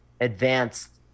advanced